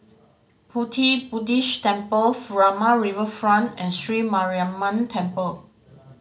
Pu Ti Buddhist Temple Furama Riverfront and Sri Mariamman Temple